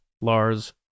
Lars